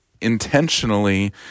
intentionally